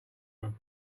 room